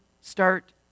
start